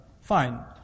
Fine